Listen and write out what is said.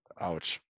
Ouch